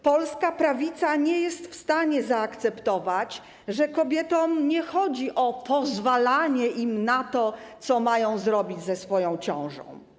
Polska prawica nie jest w stanie zaakceptować, że kobietom nie chodzi o pozwalanie im na to, co mają zrobić ze swoją ciążą.